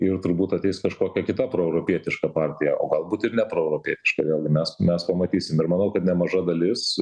ir turbūt ateis kažkokia kita proeuropietiška partija o galbūt ir neproeuropietiška vėlgi mes mes pamatysim ir manau kad nemaža dalis